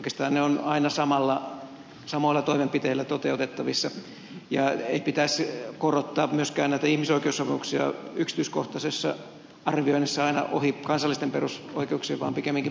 oikeastaan ne ovat aina samoilla toimenpiteillä toteutettavissa ja ei pitäisi korottaa myöskään näitä ihmisoikeussopimuksia yksityiskohtaisessa arvioinnissa aina ohi kansallisten perusoikeuksien vaan pikemminkin päinvastoin